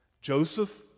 Joseph